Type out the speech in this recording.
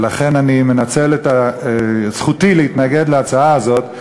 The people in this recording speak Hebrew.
ולכן אני מנצל את זכותי להתנגד להצעה הזאת,